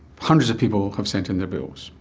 hundreds of people have sent in their bills,